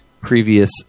previous